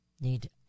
need